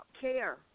care